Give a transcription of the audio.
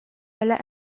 ella